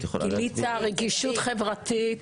גילית רגישות חברתית.